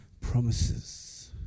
promises